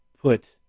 put